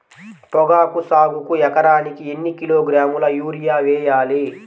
పొగాకు సాగుకు ఎకరానికి ఎన్ని కిలోగ్రాముల యూరియా వేయాలి?